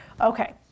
Okay